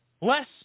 less